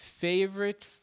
favorite